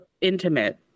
intimate